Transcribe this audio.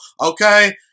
okay